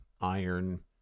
iron